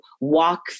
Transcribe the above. walk